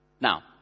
Now